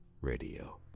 Radio